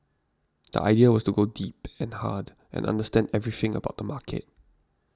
the idea was to go deep and hard and understand everything about the market